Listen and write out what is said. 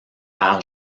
par